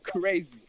crazy